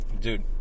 dude